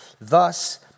thus